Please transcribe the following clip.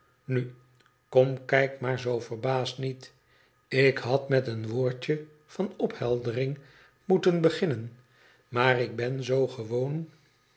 nu kom kijk maar zoo verbaasd niet ik had met een woordje van opheldering moeten beginnen maar ik ben zoo gewoon